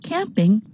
Camping